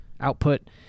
output